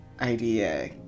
idea